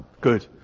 Good